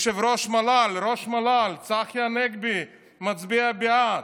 ראש מל"ל צחי הנגבי הצביע בעד.